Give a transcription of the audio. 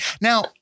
Now